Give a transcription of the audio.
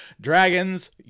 dragons